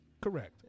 Correct